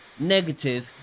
negative